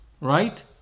Right